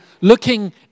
looking